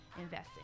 investing